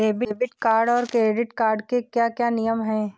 Debit card और credit card के क्या क्या नियम हैं?